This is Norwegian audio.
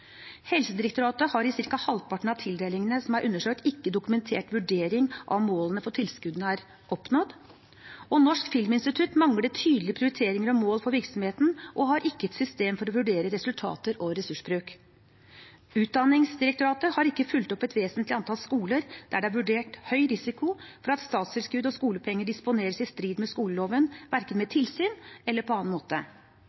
Helsedirektoratet har i ca. halvparten av tildelingene som er undersøkt, ikke dokumentert vurdering av om målene for tilskuddene er oppnådd. Norsk filminstitutt mangler tydelige prioriteringer og mål for virksomheten og har ikke et system for å vurdere resultater og ressursbruk. Utdanningsdirektoratet har ikke fulgt opp et vesentlig antall skoler der det er vurdert høy risiko for at statstilskudd og skolepenger disponeres i strid med skoleloven, verken med